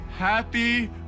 Happy